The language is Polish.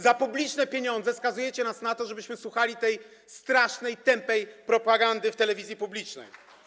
Za publiczne pieniądze skazujecie nas na to, żebyśmy słuchali tej strasznej, tępej propagandy w telewizji publicznej.